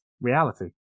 reality